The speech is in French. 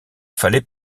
fallait